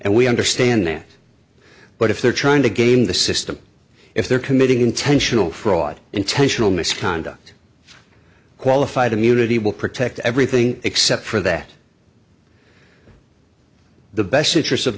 and we understand that but if they're trying to game the system if they're committing intentional fraud intentional misconduct qualified immunity will protect everything except for that the best interests of